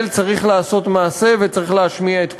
צריך לעשות מעשה וצריך להשמיע את קולו.